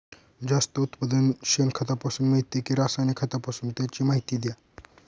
जास्त उत्पादन शेणखतापासून मिळते कि रासायनिक खतापासून? त्याची माहिती द्या